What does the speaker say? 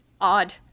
Odd